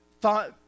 thought